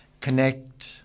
connect